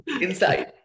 Inside